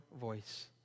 voice